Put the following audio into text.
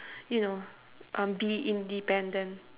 you know um be independent